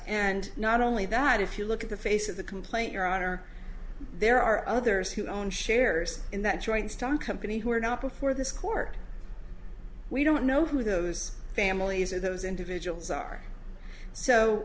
and not only that if you look at the face of the complaint your honor there are others who own shares in that joint stock company who are not before this court we don't know who those families are those individuals are so